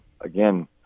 again